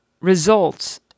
results